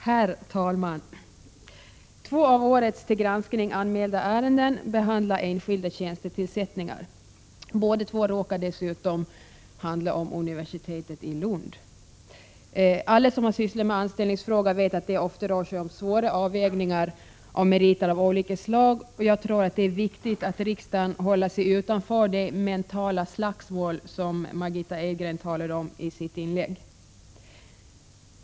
Fru talman! Två av årets till granskning anmälda ärenden behandlar enskilda tjänstetillsättningar. Båda två råkar dessutom handla om tjänster vid universitetet i Lund. Alla som har sysslat med anställningsfrågor vet att det ofta rör sig om svåra avvägningar av meriter av olika slag. Jag tror att det är viktigt att riksdagen håller sig utanför de mentala slagsmål som Margitta Edgren talade om i sitt inlägg.